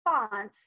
response